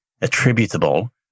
attributable